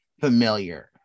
familiar